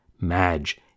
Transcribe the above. Madge